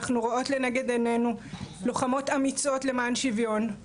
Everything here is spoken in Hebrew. אנחנו רואות לנגד עיננו לוחמות אמיצות למען שוויון,